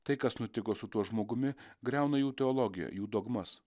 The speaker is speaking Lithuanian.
tai kas nutiko su tuo žmogumi griauna jų teologiją jų dogmas